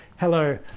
Hello